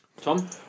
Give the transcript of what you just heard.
Tom